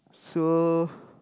so